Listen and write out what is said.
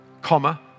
comma